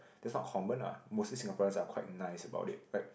that's not common ah mostly Singaporeans are quite nice about it like